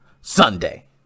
sunday